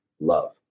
love